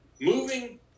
Moving